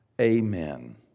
Amen